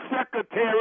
secretary